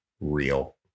real